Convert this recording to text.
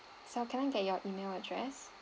so can I get your email address